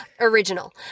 Original